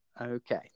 okay